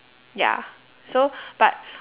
ya so but